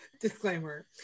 Disclaimer